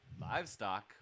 Livestock